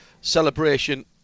celebration